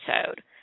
episode